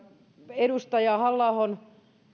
edustaja halla ahon